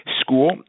school